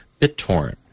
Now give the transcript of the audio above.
BitTorrent